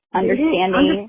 understanding